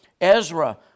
Ezra